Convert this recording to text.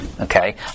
Okay